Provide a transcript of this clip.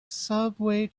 subway